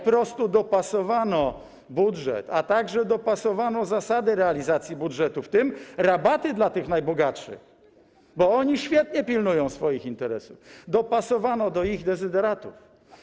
Po prostu budżet, a także zasady realizacji budżetu, w tym rabaty dla tych najbogatszych, bo oni świetnie pilnują swoich interesów, dopasowano do ich dezyderatów.